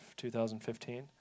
2015